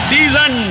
Season